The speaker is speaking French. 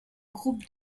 groupe